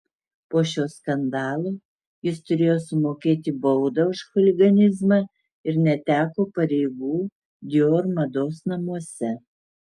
po šio skandalo jis turėjo sumokėti baudą už chuliganizmą ir neteko pareigų dior mados namuose